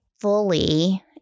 fully